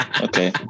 okay